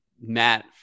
Matt